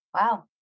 Wow